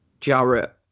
Jarrett